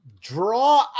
draw